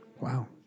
Wow